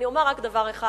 אני אומר רק דבר אחד.